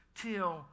till